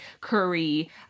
curry